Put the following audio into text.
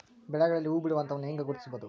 ಬೆಳೆಗಳಲ್ಲಿ ಹೂಬಿಡುವ ಹಂತವನ್ನು ಹೆಂಗ ಗುರ್ತಿಸಬೊದು?